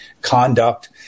conduct